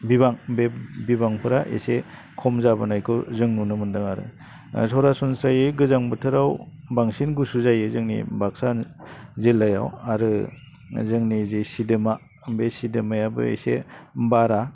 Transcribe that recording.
बिबां बे बिबांफ्रा एसे खम जाबोनायखौ जों नुनो मोनदों आरो सरासनस्रायै गोजां बोथोराव बांसिन गुसु जायो जोंनि बाक्सा जिल्लायाव आरो जोंनि जे सिदोमा बे सिदोमायाबो एसे बारा